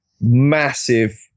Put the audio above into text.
massive